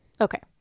Okay